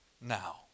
now